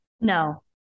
No